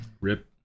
Rip